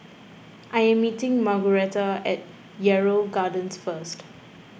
I am meeting Margueritta at Yarrow Gardens first